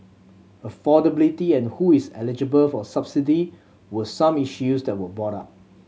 affordability and who is eligible for subsidy were some issues that were brought up